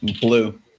Blue